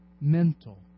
mental